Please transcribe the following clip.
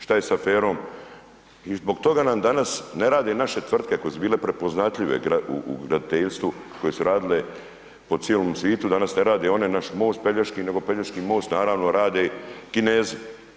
Šta je sa aferom i zbog toga nam danas ne rade naše tvrtke koje su bile prepoznatljive u graditeljstvu, koje su radile po cijelom svijetu, danas ne rade onaj naš most Pelješki, nego Pelješki most naravno rade Kinezi.